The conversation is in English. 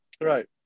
Right